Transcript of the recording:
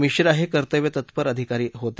मिश्रा हे कर्तव्यतत्पर अधिकारी होते